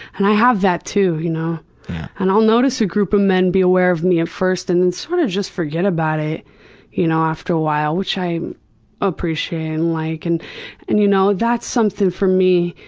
and i have that too. you know and i'll notice a group of men be aware of me at first and and sort of just forget about it you know after a while which i appreciate and like and and you know that's something for me.